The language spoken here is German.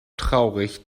traurig